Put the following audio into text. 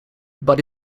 but